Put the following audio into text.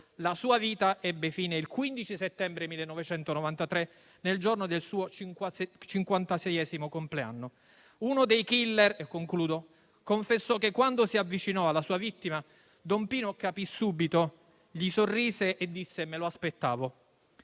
La sua vita ebbe fine il 15 settembre 1993, nel giorno del suo cinquantaseiesimo compleanno. Uno dei *killer* confessò che, mentre si avvicinava alla sua vittima, don Pino capì subito, gli sorrise e disse: «Me lo aspettavo».